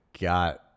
got